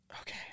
Okay